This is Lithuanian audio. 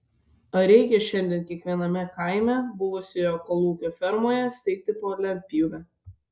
ar reikia šiandien kiekviename kaime buvusioje kolūkio fermoje steigti po lentpjūvę